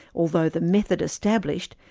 although the method established,